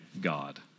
God